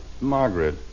Margaret